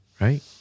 Right